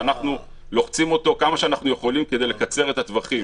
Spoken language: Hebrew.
שאנחנו לוחצים אותו כמה שאנחנו יכולים כדי לקצר את הטווחים,